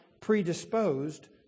predisposed